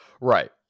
right